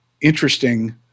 interesting